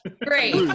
great